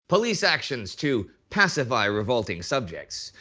police actions to pacify revolting subjects.